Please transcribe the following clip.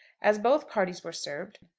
as both parties were served,